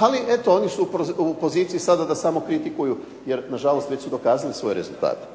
ali eto oni su u poziciji sada da samo kritikuju jer nažalost već su dokazali svoje rezultate.